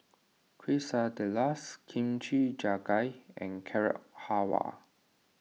Quesadillas Kimchi Jjigae and Carrot Halwa